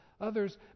others